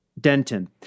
Denton